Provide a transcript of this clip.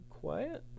Quiet